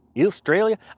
Australia